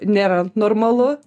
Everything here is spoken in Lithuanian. nėra normalu